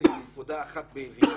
נתקעתם בנקודה אחת ויחידה,